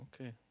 Okay